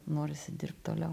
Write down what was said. norisi dirbt toliau